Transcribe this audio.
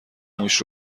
موش